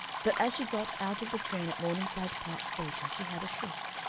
but as she got out of the train at morningside park station she had a shock.